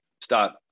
start